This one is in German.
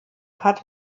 hat